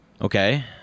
Okay